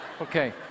Okay